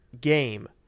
game